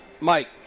Mike